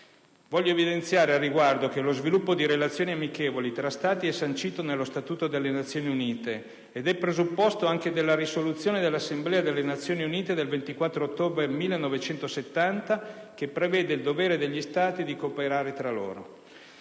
Voglio evidenziare al riguardo che lo sviluppo di relazioni amichevoli tra Stati è sancito nello Statuto delle Nazioni Unite ed è presupposto anche della risoluzione dell'Assemblea delle Nazioni Unite del 24 ottobre 1970, che prevede il dovere degli Stati di cooperare tra loro.